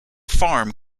farm